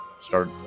start